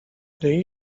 they